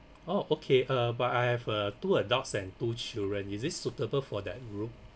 oh okay uh but I have uh two adults and two children is it suitable for that room